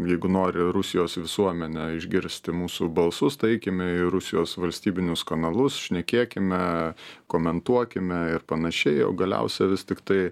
jeigu nori rusijos visuomenę išgirsti mūsų balsus tai eikime į rusijos valstybinius kanalus šnekėkime komentuokime ir panašiai o galiausiai vis tiktai